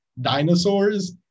dinosaurs